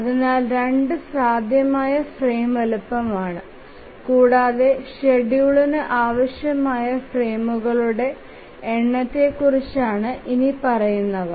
അതിനാൽ 2 സാധ്യമായ ഫ്രെയിം വലുപ്പമാണ് കൂടാതെ ഷെഡ്യൂളിന് ആവശ്യമായ ഫ്രെയിമുകളുടെ എണ്ണത്തെക്കുറിച്ചാണ് ഇനിപ്പറയുന്നവ